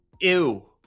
Ew